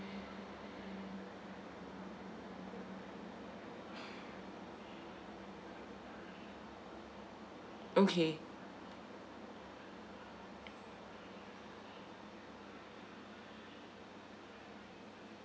okay